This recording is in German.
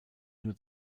nur